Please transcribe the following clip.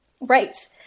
Right